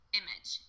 image